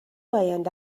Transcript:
آینده